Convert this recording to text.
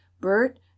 bert